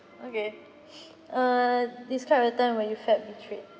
okay err describe a time when you felt betrayed